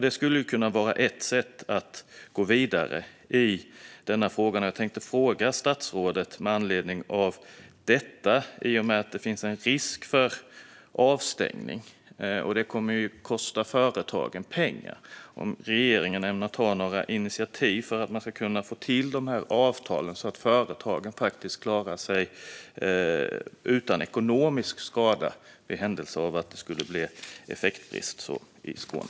Det skulle kunna vara ett sätt att gå vidare i denna fråga. Med anledning av detta, och i och med att det finns en risk för avstängning som kommer att kosta företagen pengar, tänkte jag fråga statsrådet om regeringen ämnar ta några initiativ för att få till de här avtalen så att företagen klarar sig utan ekonomisk skada, i händelse av att det skulle bli effektbrist i Skåne.